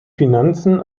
finanzen